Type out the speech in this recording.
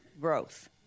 growth